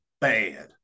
bad